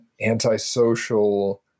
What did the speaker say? antisocial